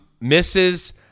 misses